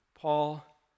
Paul